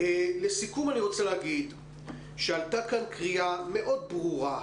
לסיכום אני רוצה להגיד שעלתה כאן קריאה מאוד ברורה,